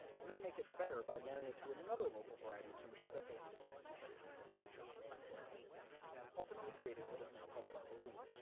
and then make it better by marrying it to another local variety to ensure that those genetics carry on into the future. and ultimately creating what is now called barber wheat,